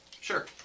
Sure